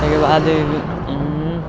तकर बाद